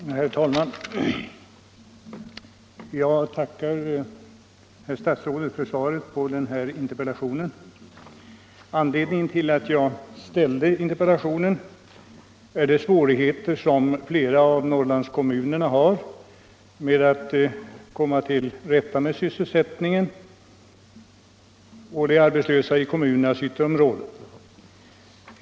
Herr talman! Jag tackar statsrådet för svaret på min interpellation. Anledningen till att jag ställde interpellationen är de svårigheter som flera av Norrlandskommunerna har när det gäller att komma till rätta med sysselsättning åt de arbetslösa i kommunernas ytterområden.